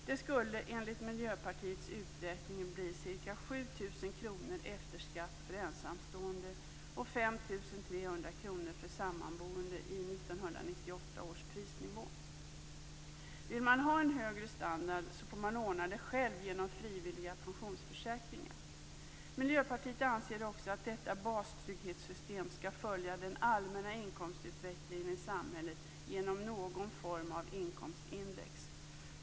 Det skulle enligt Miljöpartiets uträkning bli ca 7 000 kr efter skatt för ensamstående och 5 300 kr för sammanboende med 1998 års prisnivå. Vill man ha högre standard får man ordna det själv genom frivilliga pensionsförsäkringar. Miljöpartiet anser också att detta bastrygghetssystem skall följa den allmänna inkomstutvecklingen i samhället genom någon form av inkomstindex.